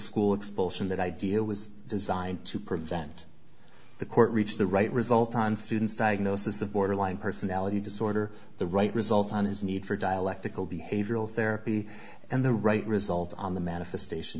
school expulsion that idea was designed to prevent the court reached the right result on students diagnosis of borderline personality disorder the right result on his need for dialectical behavioral therapy and the right result on the manifestation